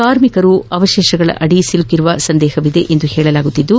ಕಾರ್ಮಿಕರು ಅವಶೇಷಗಳದಿ ಸಿಲುಕಿರುವ ಶಂಕೆ ಇದೆ ಎಂದು ಹೇಳಲಾಗುತ್ತಿದ್ದು